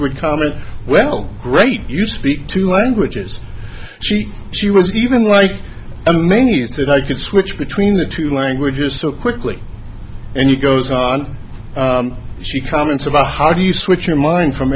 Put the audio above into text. would come in well great you speak two languages she she was even like i'm a nice that i can switch between the two languages so quickly and he goes on she comments about how do you switch your mind from